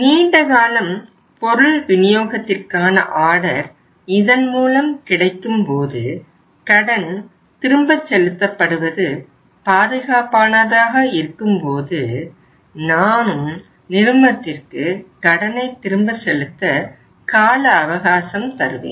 நீண்ட காலம் பொருள் விநியோகத்திற்கான ஆர்டர் இதன் மூலம் கிடைக்கும்போது கடன் திரும்ப செலுத்தப்படுவது பாதுகாப்பானதாக இருக்கும்போது நானும் நிறுமத்திற்கு கடனை திரும்ப செலுத்த கால அவகாசம் தருவேன்